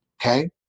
Okay